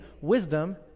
wisdom